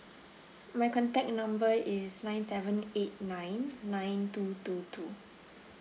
my contact number is nine seven eight nine nine two two two